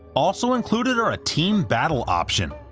also included are a team battle option,